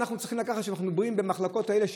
במחלקות האלה,